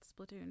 Splatoon